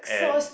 and